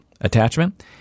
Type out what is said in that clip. attachment